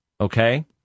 Okay